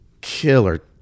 killer